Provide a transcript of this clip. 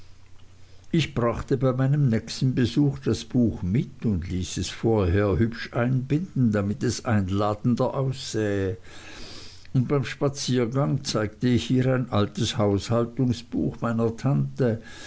ich brachte bei meinem nächsten besuch das buch mit und ließ es vorher hübsch einbinden damit es einladender aussähe und beim spaziergang zeigte ich ihr ein altes haushaltungsbuch meiner tante